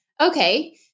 okay